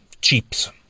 chips